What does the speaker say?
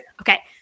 Okay